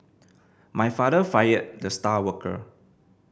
my father fired the star worker